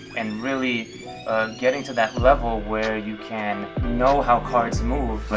and really getting to that level where you can know how cards move.